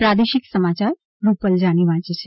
પ્રાદેશિક સમાયાર રૂપલ જાની વાંચે છે